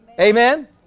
Amen